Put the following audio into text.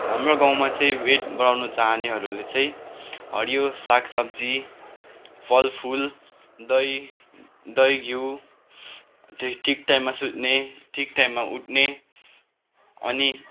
हाम्रो गाउँमा चाहिँ वेट बढाउनु चाहनेहरूले चाहिँ हरियो साग सब्जी फलफुल दही दही घिउ ठिक टाइममा सुत्ने ठिक टाइममा उठ्ने अनि